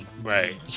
right